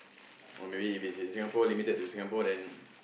or maybe if it is in Singapore limited to Singapore then